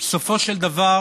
בסופו של דבר